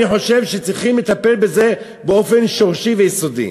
אני חושב שצריך לטפל בזה באופן שורשי ויסודי.